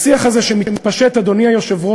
השיח הזה שמתפשט, אדוני היושב-ראש,